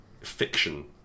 fiction